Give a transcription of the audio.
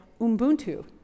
Ubuntu